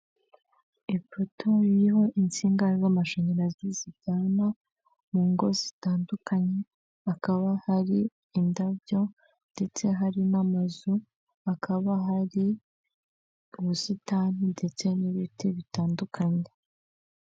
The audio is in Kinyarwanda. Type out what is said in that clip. Abagabo babiri bose bafite kasike zanditseho sefu moto, aba bagabo bose bambaye amarinete umwe ni umwirabura ariko undi ni umuzungu.